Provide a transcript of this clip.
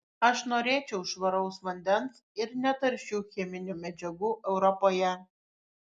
aš norėčiau švaraus vandens ir netaršių cheminių medžiagų europoje